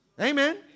Amen